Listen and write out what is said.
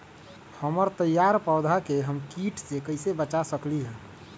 हमर तैयार पौधा के हम किट से कैसे बचा सकलि ह?